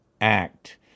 act